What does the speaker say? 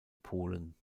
polen